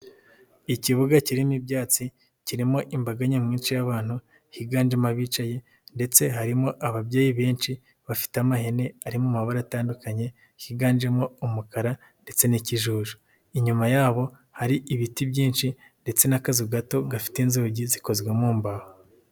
Ikibuga kirimo ibyatsi, kirimo imbaga nyamwinshi y'abantu higanjemo abicaye ndetse harimo ababyeyi benshi bafite amahene ari mu mabara atandukanye higanjemo umukara ndetse n'ikijuju, inyuma yabo hari ibiti byinshi ndetse n'akazu gato gafite inzugi zikozwe mu mbaho.